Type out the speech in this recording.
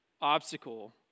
obstacle